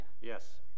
Yes